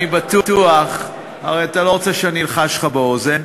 אני בטוח, הרי אתה לא רוצה שאני אלחש לך באוזן,